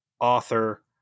author